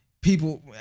People